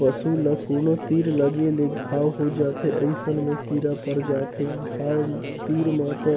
पसू ल कोनो तीर लगे ले घांव हो जाथे अइसन में कीरा पर जाथे घाव तीर म त